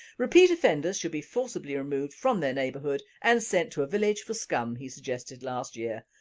repeat offenders should be forcibly removed from their neighbourhood and sent to a village for scum, he suggested last year.